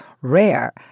rare